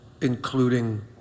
including